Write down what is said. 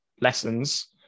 lessons